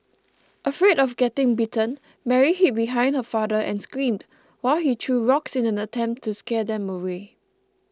afraid of getting bitten Mary hid behind her father and screamed while he threw rocks in an attempt to scare them away